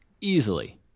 Easily